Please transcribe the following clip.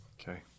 Okay